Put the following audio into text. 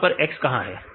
यहां पर X कहां है